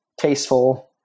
tasteful